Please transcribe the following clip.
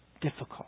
difficult